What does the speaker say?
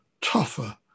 tougher